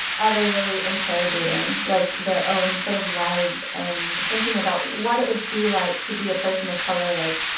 are they really interrogating, like, their own sort of lives and thinking about what it would be like to be a person of color, like,